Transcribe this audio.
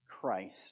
Christ